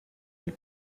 del